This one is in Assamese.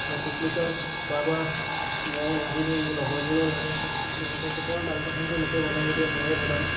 এই পিকনিকৰ খোৱা বোৱা মই লাগি দিওঁ মোৰ লগৰবোৰেও লাগে লগতে কেতিয়াবা মাংস চাংস মোকে বনাব দিয়ে ময়ে বনাওঁ